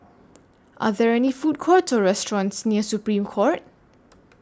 Are There Food Courts Or restaurants near Supreme Court